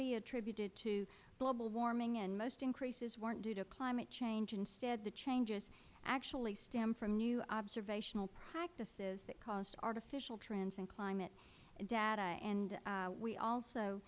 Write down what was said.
be attributed to global warming and most increases weren't due to climate change instead the changes actually stemmed from new observational practices that caused artificial trends in climate data and we also